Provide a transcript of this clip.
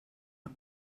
pen